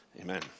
Amen